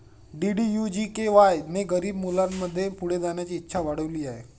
DDU GKY ने गरीब मुलांमध्ये पुढे जाण्याची इच्छा वाढविली आहे